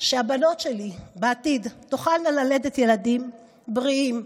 שהבנות שלי, בעתיד, תוכלנה ללדת ילדים בריאים,